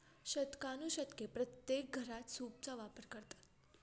शतकानुशतके प्रत्येक घरात सूपचा वापर करतात